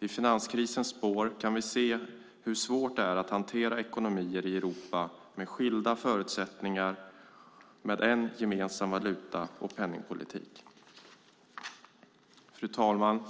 I finanskrisens spår kan vi se hur svårt det är att hantera ekonomier i Europa med skilda förutsättningar med en gemensam valuta och penningpolitik. Fru talman!